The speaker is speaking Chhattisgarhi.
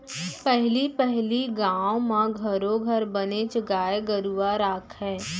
पहली पहिली गाँव म घरो घर बनेच गाय गरूवा राखयँ